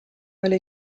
oli